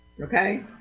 Okay